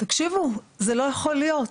תקשיבו זה לא יכול להיות,